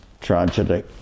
tragedy